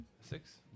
Six